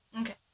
Okay